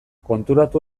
konturatu